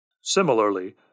Similarly